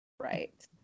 Right